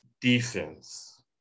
defense